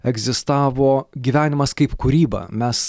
egzistavo gyvenimas kaip kūryba mes